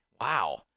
wow